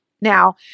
Now